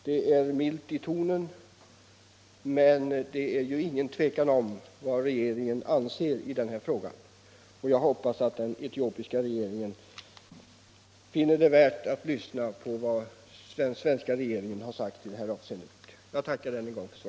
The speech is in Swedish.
Det är milt i tonen, men det är inget tvivel om vad regeringen anser i denna fråga, och jag hoppas att den etiopiska regeringen finner det värt att lyssna på vad den svenska regeringen har sagt i detta avseende.